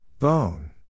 Bone